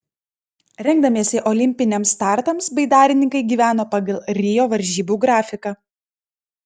rengdamiesi olimpiniams startams baidarininkai gyveno pagal rio varžybų grafiką